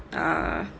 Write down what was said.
err